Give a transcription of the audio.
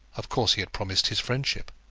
of course he had promised his friendship.